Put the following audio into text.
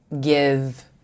give